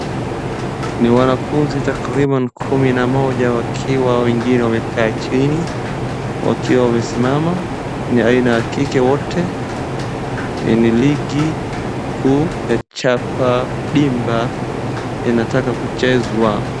Ni wanafunzi takriban kumi na moja wakiwa wengine wamekaa, chini wakiwa wamesimama, ni aina ya kike wote. Ni ligi kuu ya chapa dimba inataka kuchezwa.